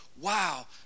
wow